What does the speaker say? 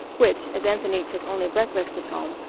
which, as anthony took only breakfast at home,